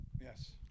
yes